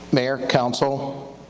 mayor, council,